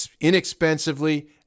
inexpensively